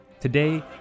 Today